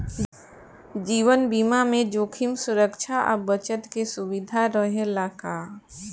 जीवन बीमा में जोखिम सुरक्षा आ बचत के सुविधा रहेला का?